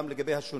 גם לגבי השונים.